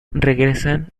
regresan